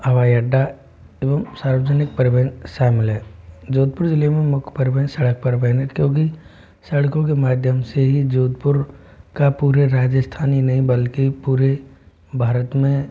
हवाई अड्डा एवं सार्वजनिक परिवहन शामिल है जोधपुर जिले में मुख्य परिवहन सड़क परिवहन है क्योकि सड़कों के माध्यम से ही जोधपुर का पूरे राजस्थान ही नहीं बल्कि पूरे भारत में